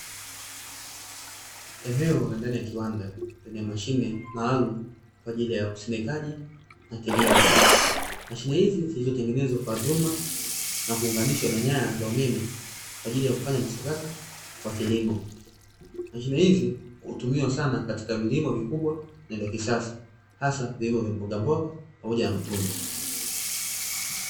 Eneo la ndani ya kiwanda lenye mashine maalumu kwa ajili ya usindikaji wa kilimo. Mashine hizi zilizotengenezwa kwa vyuma na kuunganishwa na nyaya za umeme kwa ajili ya kufanya mchakato wa kilimo. Mashine hizi hutumiwa sana katika vilimo vikubwa na vya kisasa, hasa vilimo vya mbogamboga pamoja na matunda.